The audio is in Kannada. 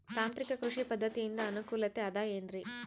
ತಾಂತ್ರಿಕ ಕೃಷಿ ಪದ್ಧತಿಯಿಂದ ಅನುಕೂಲತೆ ಅದ ಏನ್ರಿ?